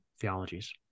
theologies